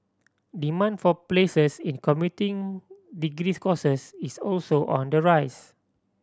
demand for places in computing degrees courses is also on the rise